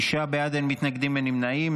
תשעה בעד, אין מתנגדים, אין נמנעים.